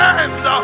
end